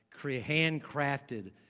handcrafted